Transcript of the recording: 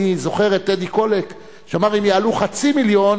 אני זוכר את טדי קולק שאמר: אם יעלו חצי מיליון,